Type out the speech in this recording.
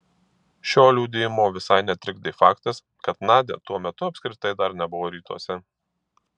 šio liudijimo visai netrikdė faktas kad nadia tuo metu apskritai dar nebuvo rytuose